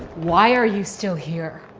why are you still here?